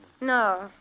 No